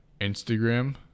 Instagram